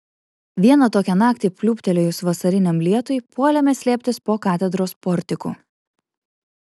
vieną tokią naktį pliūptelėjus vasariniam lietui puolėme slėptis po katedros portiku